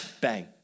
Bang